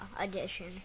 Edition